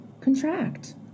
contract